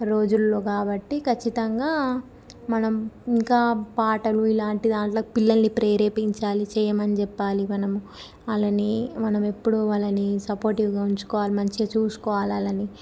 రోజుల్లో కాబట్టి ఖచ్చితంగా మనం ఇంకా పాటలు ఇలాంటి దాంట్లో పిల్లల్ని ప్రేరేపించాలి చేయమని చెప్పాలి మనం వాళ్ళని మనమెప్పుడూ వాళ్ళని సపోర్టీవ్గా ఉంచుకోవాలి మంచిగా చూసుకోవాలాళ్ళని